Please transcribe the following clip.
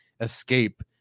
escape